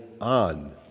on